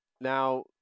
now